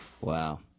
wow